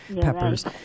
peppers